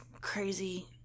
crazy